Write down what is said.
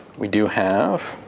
we do have